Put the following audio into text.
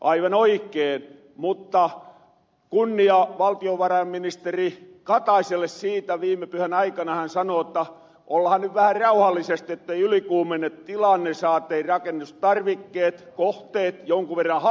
aivan oikeen mutta kunnia valtiovarainministeri kataiselle siitä kun hän viime pyhän aikana sano jotta ollahan ny vähän rauhallisesti ettei ylikuumene tilanne saatiin rakennustarvikkeet kohteet jonkun verran halpenoo